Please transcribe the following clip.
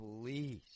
Please